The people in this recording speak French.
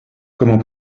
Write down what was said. comment